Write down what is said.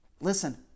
Listen